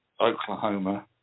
Oklahoma